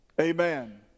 Amen